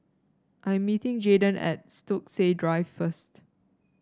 I am meeting Jayden at Stokesay Drive first